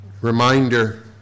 reminder